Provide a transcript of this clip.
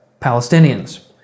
Palestinians